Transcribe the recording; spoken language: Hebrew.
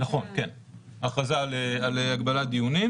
זה פחות או יותר היחס בין ההגבלה להיעדר ההגבלה.